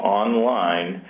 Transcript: online